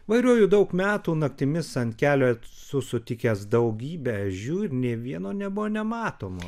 vairuoju daug metų naktimis ant kelio esu sutikęs daugybę ežių ir nė vieno nebuvo nematomo